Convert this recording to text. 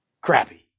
Crappy